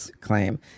claim